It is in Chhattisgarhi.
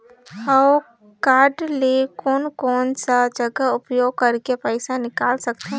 हव कारड ले कोन कोन सा जगह उपयोग करेके पइसा निकाल सकथे?